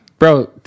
Bro